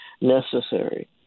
necessary